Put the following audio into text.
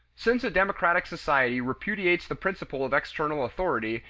since a democratic society repudiates the principle of external authority,